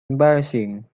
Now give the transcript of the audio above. embarrassing